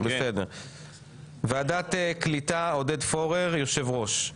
ועדת הקליטה עודד פורר היושב-ראש.